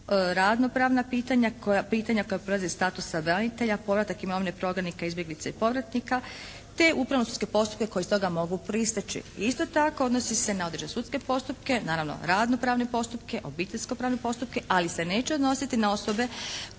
Radno pravna pitanja koja proizlaze iz statusa branitelja, povratak imovine prognanika, izbjeglica i povratnika te upravne sudske postupke koji iz toga mogu proisteći. Isto tako odnosi se na određene sudske postupke naravno radno pravne postupke, obiteljsko pravne postupke ali se neće odnositi na osobe